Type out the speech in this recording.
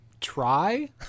try